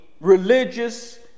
religious